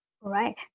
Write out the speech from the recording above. Right